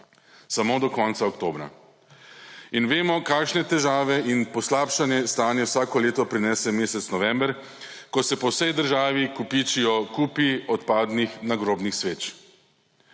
samo do konca oktobra! In vemo, kakšne težave in poslabšanje stanja vsako leto prinese mesec november, ko se po vsej državi kopičijo kupi odpadnih nagrobnih sveč.